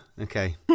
okay